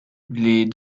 les